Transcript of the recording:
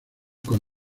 con